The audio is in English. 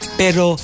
pero